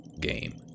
game